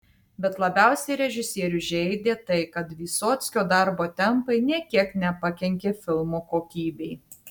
bet labiausiai režisierių žeidė tai kad vysockio darbo tempai nė kiek nepakenkė filmo kokybei